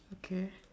okay